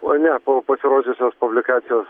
oi ne po pasirodžiusios publikacijos